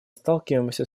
сталкиваемся